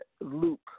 Luke